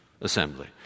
assembly